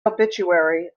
obituary